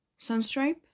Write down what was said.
Sunstripe